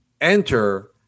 enter